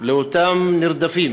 לאותם נרדפים